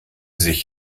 sich